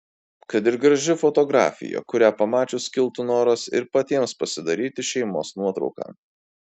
kad ir graži fotografija kurią pamačius kiltų noras ir patiems pasidaryti šeimos nuotrauką